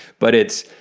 but it's